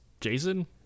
Jason